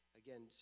again